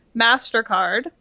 MasterCard